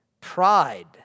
Pride